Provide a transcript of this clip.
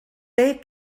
beth